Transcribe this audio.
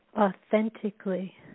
authentically